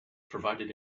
provided